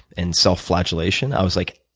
and self flagellation, i was like,